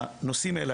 הנושאים האלה,